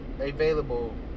available